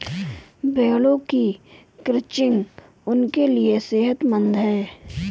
भेड़ों की क्रचिंग उनके लिए सेहतमंद है